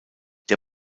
der